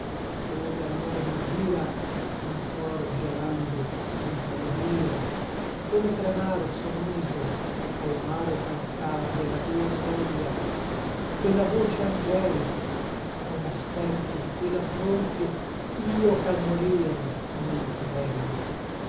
come al nome d'elvira in cor gelando impallidir come tremar son uso all'amaro calcar della tua soglia a quella voce angelica all'aspetto di quella fronte io ch'al morir non tremo